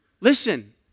Listen